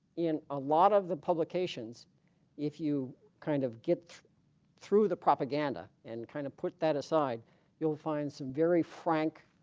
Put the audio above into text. in a lot of the publications if you kind of get through the propaganda and kind of put that aside you'll find some very frank